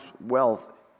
wealth